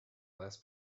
less